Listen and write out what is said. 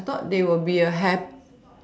I thought they will be a hatch